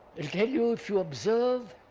and tell you, if you observe